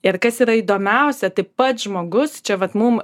ir kas yra įdomiausia tai pats žmogus čia vat mum